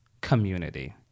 community